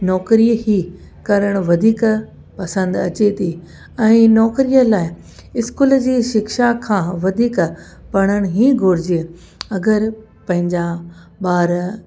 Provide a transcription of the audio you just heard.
नौकिरी ई करण वधीक पसंदि अचे थी ऐं नौकिरीअ लाइ स्कूल जी शिक्षा खां वधीक पढ़ण ई घुरिजे अगरि पंहिंजा ॿार